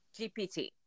GPT